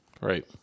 Right